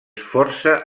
força